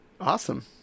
Awesome